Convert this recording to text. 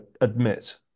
admit